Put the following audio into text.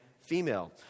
female